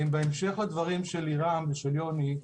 בהמשך לדברים של לירם ושל יוני,